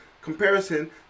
comparison